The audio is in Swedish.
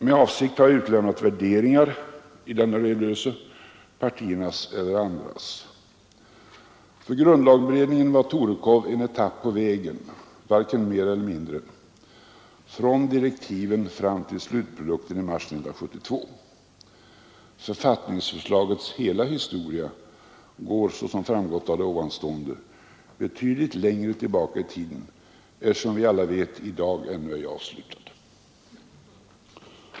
Med avsikt har jag i denna redogörelse utelämnat värderingar — partiernas och andras. För grundlagberedningen var Torekov en etapp på vägen — varken mer eller mindre — från direktiven fram till slutprodukten i mars 1972. Författningsförslagets hela historia sträcker sig, som framgått av vad jag har sagt, betydligt längre tillbaka i tiden och är, som vi alla vet, i dag ännu ej avslutad.